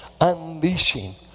unleashing